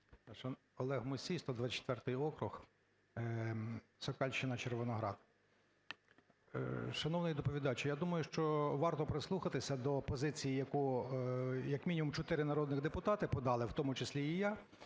Олег Мусій, 124 округ, Сокальщина, Червоноград. Шановний доповідач, я думаю, що варто прислухатися до позиції, яку, як мінімум, чотири народних депутата подали, в тому числі і я,